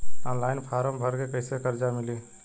Online form भर के कैसे कर्जा मिली?